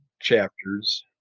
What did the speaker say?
chapters